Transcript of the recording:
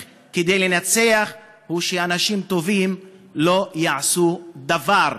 כדי לנצח הוא שאנשים טובים לא יעשו דבר.